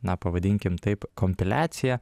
na pavadinkim taip kompiliaciją